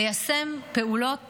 ליישם פעולות